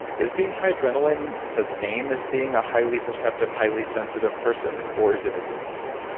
is being high adrenaline the same as being a highly perceptive, highly sensitive person? or is it a different thing?